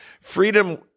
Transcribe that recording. Freedom